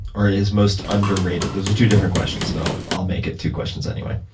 or is most underrated? those are two different questions, but i'll i'll make it two questions anyway.